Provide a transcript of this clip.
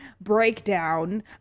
breakdown